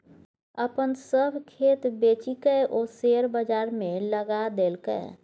अपन सभ खेत बेचिकए ओ शेयर बजारमे लगा देलकै